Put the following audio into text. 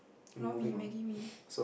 lor-mee maggi mee